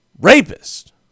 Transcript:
rapist